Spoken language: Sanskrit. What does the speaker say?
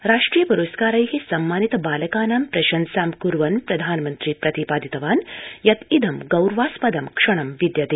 राष्ट्रिय प्रस्कारै सम्मानित बालकानां प्रशंसां कर्वन् प्रधानमन्त्री प्रतिपादितवान् यत् इद गौरवास्पदं क्षणं विद्यते